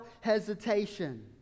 hesitation